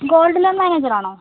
gold loan manager ആണോ